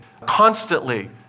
constantly